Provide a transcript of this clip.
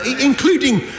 including